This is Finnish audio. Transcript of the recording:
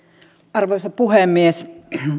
arvoisa puhemies